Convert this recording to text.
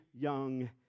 young